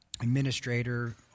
Administrator